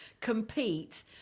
compete